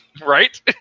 right